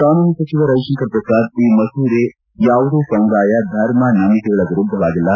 ಕಾನೂನು ಸಚಿವ ರವಿಶಂಕರ್ ಪ್ರಸಾದ್ ಈ ಮಸೂದೆ ಯಾವುದೇ ಸಮುದಾಯ ಧರ್ಮ ನಂಬಿಕೆಗಳ ವಿರುದ್ದವಾಗಿಲ್ಲ